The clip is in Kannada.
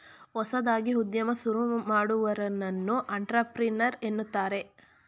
ಹೊಸದಾಗಿ ಉದ್ಯಮ ಶುರು ಮಾಡುವವನನ್ನು ಅಂಟ್ರಪ್ರಿನರ್ ಎನ್ನುತ್ತಾರೆ